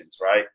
right